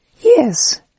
Yes